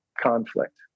conflict